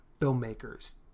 filmmakers